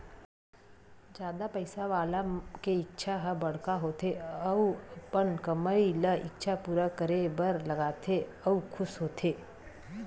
जादा पइसा वाला के इच्छा ह बड़का होथे अउ अपन कमई ल इच्छा पूरा करे बर लगाथे अउ खुस होथे